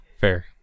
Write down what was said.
Fair